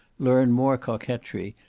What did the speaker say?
learn more coquetry,